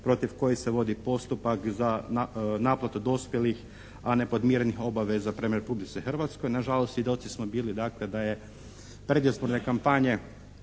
protiv kojih se vodi postupak za naplatu dospjelih a nepodmirenih obaveza prema Republici Hrvatskoj. Nažalost svjedoci smo bili dakle da je predizborne kampanje